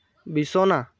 বিছনা